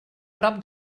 prop